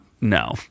no